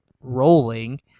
rolling